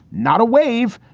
not a wave,